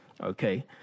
okay